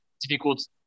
difficult